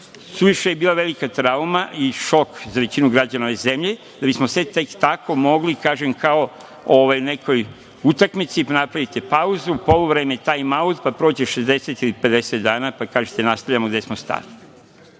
Suviše je bila velika trauma i šok za većinu građana ove zemlje da bismo tek tako mogli, da kažem, kao na nekoj utakmici napraviti pauzu, poluvreme, taj-aut, pa prođe 60 ili 50 dana, pa kažete – nastavljamo gde smo